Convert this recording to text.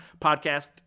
podcast